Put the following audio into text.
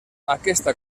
aquesta